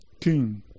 king